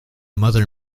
mother